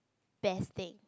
best thing